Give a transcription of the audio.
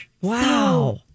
Wow